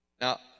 Now